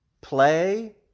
play